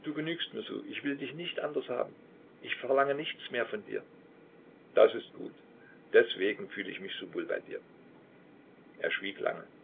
du genügst mir so ich will dich nicht anders haben ich verlange nichts mehr von dir das ist gut deswegen fühl ich mich so wohl bei dir er schwieg lange